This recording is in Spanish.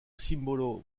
símbolo